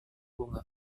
bunga